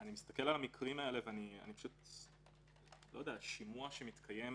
אני מסתכל על המקרים האלה שימוע שמתקיים